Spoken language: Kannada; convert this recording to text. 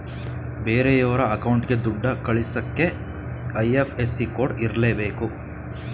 ಬೇರೆಯೋರ ಅಕೌಂಟ್ಗೆ ದುಡ್ಡ ಕಳಿಸಕ್ಕೆ ಐ.ಎಫ್.ಎಸ್.ಸಿ ಕೋಡ್ ಇರರ್ಲೇಬೇಕು